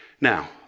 Now